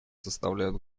составляют